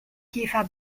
käfer